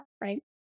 right